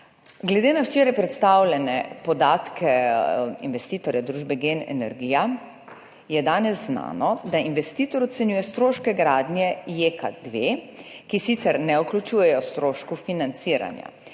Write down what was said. Glede na včeraj predstavljene podatke investitorja, družbe GEN energija, je danes znano, da investitor ocenjuje stroške gradnje JEK2, ki sicer ne vključujejo stroškov financiranja,